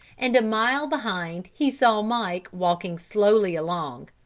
and a mile behind he saw mike walking slowly along.